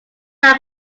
out